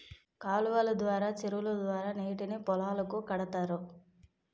కాలువలు ద్వారా చెరువుల ద్వారా నీటిని పొలాలకు కడతారు